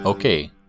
Okay